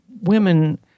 women